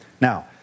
Now